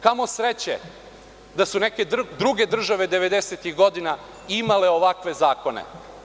Kamo sreće da su neke druge države devedesetih godina imale ovakve zakone.